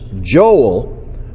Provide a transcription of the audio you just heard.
Joel